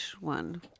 one